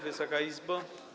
Wysoka Izbo!